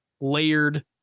layered